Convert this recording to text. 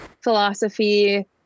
philosophy